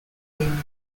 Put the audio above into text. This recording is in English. been